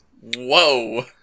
Whoa